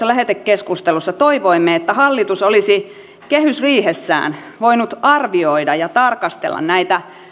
lähetekeskustelussa toivoimme että hallitus olisi kehysriihessään voinut arvioida ja tarkastella näitä